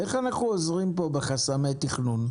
איך אנחנו עוזרים פה בחסמי התכנון?